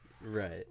right